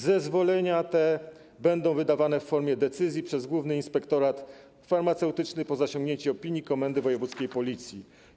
Zezwolenia te będą wydawane w formie decyzji przez Główny Inspektorat Farmaceutyczny po zasięgnięciu opinii komendy wojewódzkiej Policji.